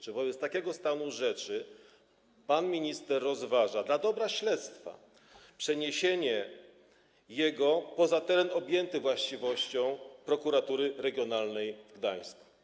Czy wobec takiego stanu rzeczy pan minister rozważa dla dobra śledztwa przeniesienie go poza teren objęty właściwością prokuratury regionalnej w Gdańsku?